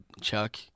chuck